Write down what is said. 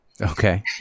Okay